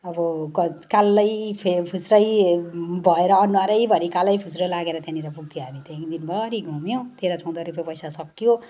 अब कालै फुस्रै भएर अनुहारैभरि कालो फुस्रो लागेर त्यहाँ पुग्थ्यो हामी त्यहाँदेखि दिनभरि घुम्यो तेह्र चौध रूपियाँ पैसा सक्यो